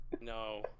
No